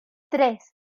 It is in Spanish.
tres